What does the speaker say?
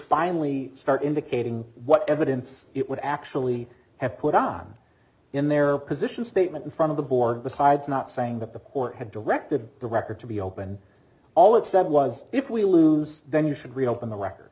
finally start indicating what evidence it would actually have put on in their position statement in front of the board besides not saying that the court had directed the record to be open all it said was if we lose then you should reopen the record